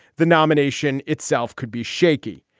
the nomination itself could be shaky.